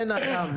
אין אדם.